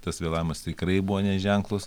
tas vėlavimas tikrai buvo neženklus